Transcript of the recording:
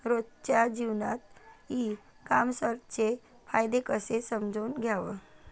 रोजच्या जीवनात ई कामर्सचे फायदे कसे समजून घ्याव?